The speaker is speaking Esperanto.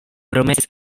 promesis